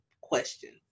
question